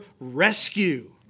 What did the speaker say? rescue